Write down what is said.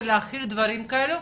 כדי להכיל דברים כאלו,